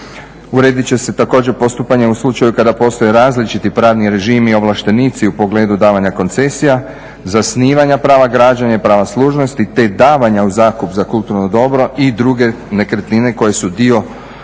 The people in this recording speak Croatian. Uredit će se također postupanje u slučaju kada postoje različiti pravni režimi, ovlaštenici u pogledu davanja koncesija, zasnivanja prava građenja, prava služnosti te davanja u zakup za kulturno dobro i druge nekretnine koje su dio određenog